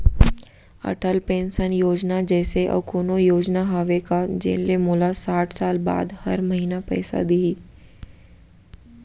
Atal pension योजना जइसे अऊ कोनो योजना हावे का जेन ले मोला साठ साल बाद हर महीना पइसा दिही?